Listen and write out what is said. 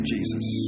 Jesus